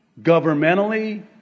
governmentally